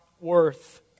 worth